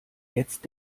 jetzt